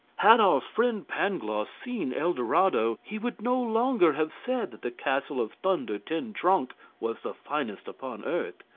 had our friend pangloss seen el dorado he would no longer have said that the castle of thunder-ten-tronckh was the finest upon earth.